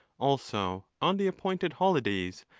also, on the appointed holidays,